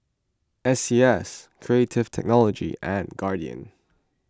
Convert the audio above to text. S C S Creative Technology and Guardian